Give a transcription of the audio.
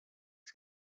his